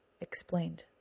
explained